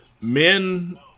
men